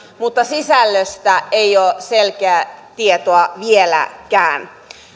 mutta sisällöstä ei ole selkeää tietoa vieläkään